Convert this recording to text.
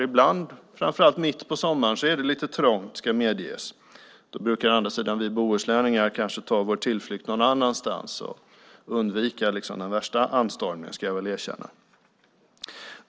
Ibland, framför allt mitt i sommaren, är det å ena sidan lite trångt ska medges. Då brukar å andra sidan vi bohuslänningar kanske ta vår tillflykt någon annanstans och undvika den värsta anstormningen, ska jag väl erkänna.